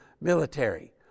Military